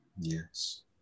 Yes